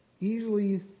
easily